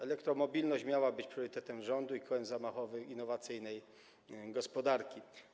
Elektromobilność miała być priorytetem rządu i kołem zamachowym innowacyjnej gospodarki.